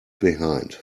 behind